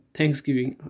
Thanksgiving